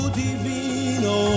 divino